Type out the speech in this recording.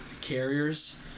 carriers